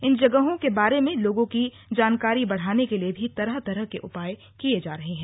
इन जगहों के बारे में लोगों की जानकारी बढ़ाने के लिए भी तरह तरह के उपाय किये जा रहे हैं